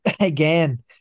again